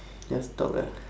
just talk ah